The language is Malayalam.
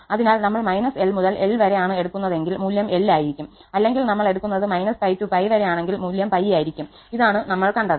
അതിനാൽ നമ്മൾ −𝑙 മുതൽ 𝑙 വരെ ആണ് എടുക്കുന്നതെങ്കിൽ മൂല്യം 𝑙 ആയിരിക്കും അല്ലെങ്കിൽ നമ്മൾ എടുക്കുന്നത് 𝜋 to 𝜋 വരെ ആണെങ്കിൽ മൂല്യം 𝜋 ആയിരിക്കും ഇതാണ് നമ്മൾ കണ്ടത്